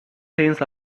things